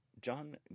John